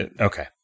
Okay